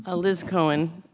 ah liz cohen,